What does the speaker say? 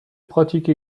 pratique